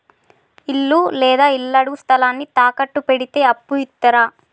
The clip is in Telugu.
ఇల్లు లేదా ఇళ్లడుగు స్థలాన్ని తాకట్టు పెడితే అప్పు ఇత్తరా?